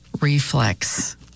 reflex